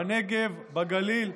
בנגב, בגליל,